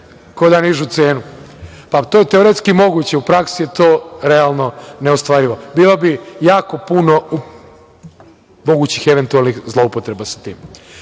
da nižu cenu? To je teoretski moguće, ali u praksi je to realno neostvarivo. Bilo bi jako puno mogućih eventualnih zloupotreba sa tim. Da